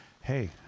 Hey